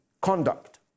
conduct